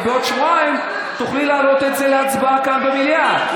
ובעוד שבועיים תוכלי להעלות את זה כאן במליאה להצבעה.